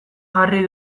jarri